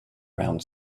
around